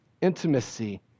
intimacy